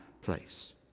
place